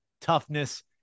toughness